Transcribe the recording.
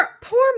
poor